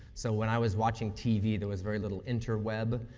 so, when i was watching tv, there was very little inter-web,